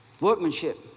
Workmanship